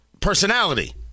personality